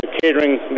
catering